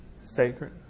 Sacred